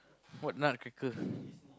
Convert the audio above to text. what nutcracker